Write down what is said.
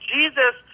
Jesus